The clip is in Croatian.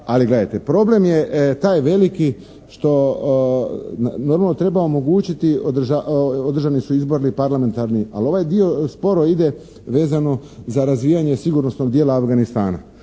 Ali gledajte problem je taj veliki što normalno treba omogućiti, održani su izbori parlamentarni ali ovaj dio sporo ide vezano za razvijanje sigurnosnog dijela Afganistana.